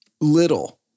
Little